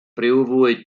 briwfwyd